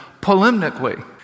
polemically